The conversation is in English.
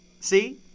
See